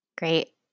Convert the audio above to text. Great